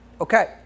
Okay